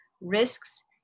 risks